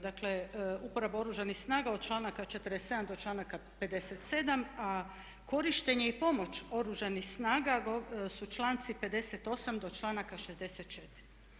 Dakle, uporaba Oružanih snaga od članaka 47. do članak 57. a korištenje i pomoć Oružanih snaga su članci 58. do članaka 64.